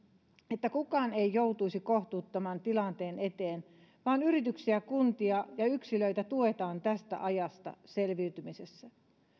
että kukaan ei joutuisi kohtuuttoman tilanteen eteen vaan yrityksiä kuntia ja yksilöitä tuetaan tästä ajasta selviytymisessä